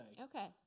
Okay